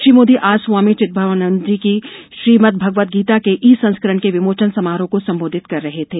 श्री मोदी आज स्वामी चिद्गवानंदजी की श्रीमद्गगवतगीता के ई संस्करण के विमोचन समारोह को संबोधित कर रहे थे